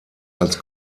als